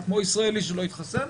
הוא כמו ישראלי שלא התחסן.